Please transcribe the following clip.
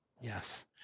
yes